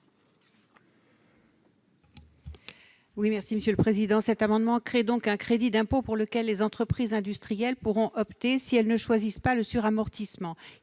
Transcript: à Mme Jacky Deromedi. Cet amendement crée un crédit d'impôt pour lequel les entreprises industrielles pourront opter si elles ne choisissent pas le suramortissement.